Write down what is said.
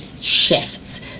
shifts